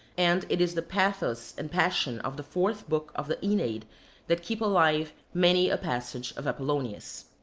and it is the pathos and passion of the fourth book of the aeneid that keep alive many a passage of apollonius.